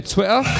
Twitter